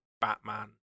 Batman